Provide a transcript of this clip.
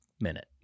minute